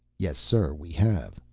yes, sir, we have.